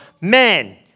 men